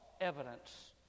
evidence